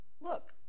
look